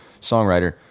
songwriter